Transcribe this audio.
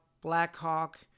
Blackhawk